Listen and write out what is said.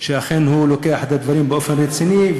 שאכן לוקח את הדברים באופן רציני,